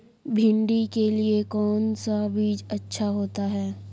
भिंडी के लिए कौन सा बीज अच्छा होता है?